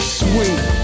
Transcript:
sweet